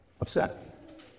upset